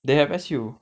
they have S_U